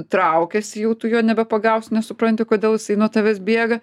traukiasi jau tu jo nepagausi nesupranti kodėl jisai nuo tavęs bėga